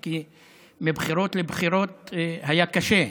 כי מבחירות לבחירות היה קשה.